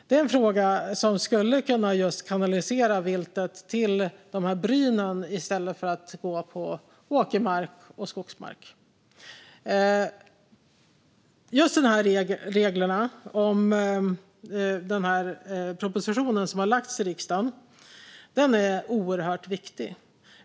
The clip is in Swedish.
Det är en fråga som skulle kunna kanalisera viltet till brynen i stället för till åkermark och skogsmark. Just när det gäller reglerna är den proposition som lagts fram i riksdagen oerhört viktig.